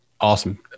Awesome